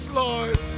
lord